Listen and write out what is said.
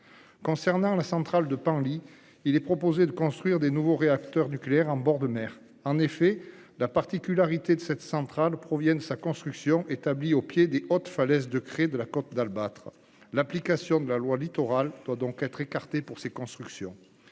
de la centrale de Penly, il est proposé de construire de nouveaux réacteurs nucléaires en bord de mer. La particularité de cette centrale provenant de son site, au pied des hautes falaises de craie de la côte d'Albâtre, l'application de la loi Littoral doit être écartée pour ces travaux.